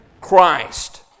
Christ